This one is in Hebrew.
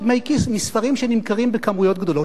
דמי כיס מספרים שנמכרים בכמויות גדולות.